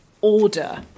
order